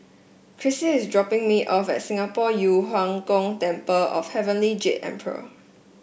Cressie is dropping me off at Singapore Yu Huang Gong Temple of Heavenly Jade Emperor